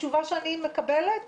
התשובה שקיבלתי היא: